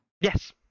Yes